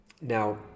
Now